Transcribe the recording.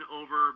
over